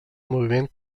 moviment